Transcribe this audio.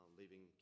leaving